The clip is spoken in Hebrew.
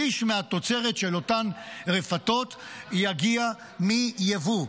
שליש מהתוצרת של אותן רפתות יגיע מיבוא.